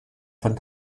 von